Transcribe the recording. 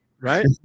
right